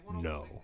No